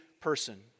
person